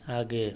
आगे